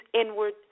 inward